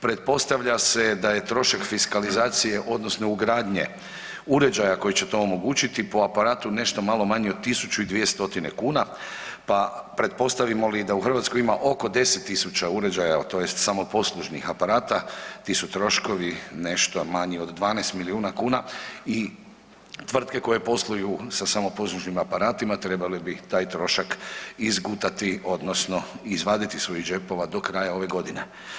Pretpostavlja se da je trošak fiskalizacije odnosno ugradnje uređaja koji će to omogućiti po aparatu nešto malo manji od 1.200 kuna pa pretpostavimo li da u Hrvatskoj ima oko 10.000 uređaja tj. samoposlužnih aparata ti su troškovi nešto manji od 12 miliona kuna i tvrtke koje posluju sa samoposlužnim aparatima trebale bi taj trošak izgutati odnosno izvaditi iz svojih džepova do kraja ove godine.